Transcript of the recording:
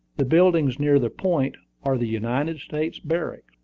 the buildings near the point are the united states barracks.